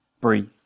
breathe